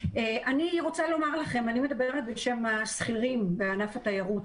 אני רוצה להגיד לכם שקיים חוסר אמון מצדנו השכירים בענף התיירות.